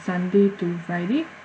sunday to friday